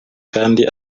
kandi